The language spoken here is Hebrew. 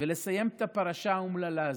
ולסיים את הפרשה האומללה הזאת.